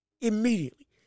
Immediately